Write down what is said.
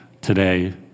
today